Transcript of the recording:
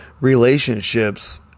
relationships